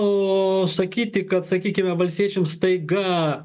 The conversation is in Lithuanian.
o sakyti kad sakykime valstiečiam staiga